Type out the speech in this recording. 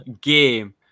game